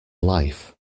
life